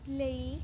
ਲਈ